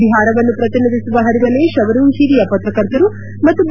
ಬಿಹಾರವನ್ನು ಪ್ರತಿನಿಧಿಸುವ ಹರಿವನೇಶ್ ಅವರು ಹಿರಿಯ ಪತ್ರಕರ್ತರು ಮತ್ತು ಬಿ